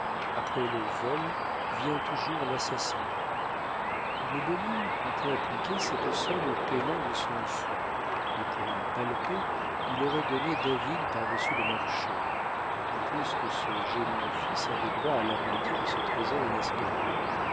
après le vol vient toujours l'assassinat le bonhomme comptait appliquer cette somme au payement de son fonds et pour la palper il aurait donné david par-dessus le marché d'autant plus que ce gênant fils avait droit à la moitié de ce trésor inespéré